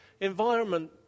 environment